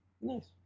Nice